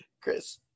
Chris